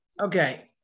Okay